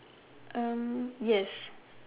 yes